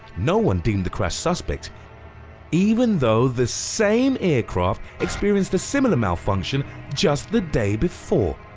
no one deemed the crash suspect even though the same aircraft experienced similar malfunction just the day before.